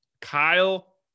Kyle